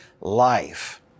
life